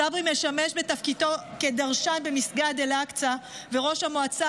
צברי משמש בתפקידו כדרשן במסגד אל-אקצא וראש המועצה